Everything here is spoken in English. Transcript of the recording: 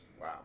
Wow